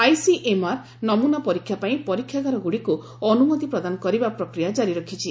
ICMR ନମୁନା ପରୀକ୍ଷା ପାଇଁ ପରୀକ୍ଷାଗାରଗୁଡ଼ିକୁ ଅନୁମତି ପ୍ରଦାନ କରିବା ପ୍ରକ୍ରିୟା ଜାରି ରଖିଛି